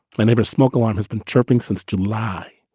let me be a smoke alarm has been chirping since july.